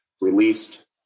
released